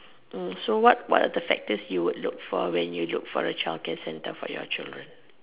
uh so what what are the factors would you look for when you look for a child care centre for your children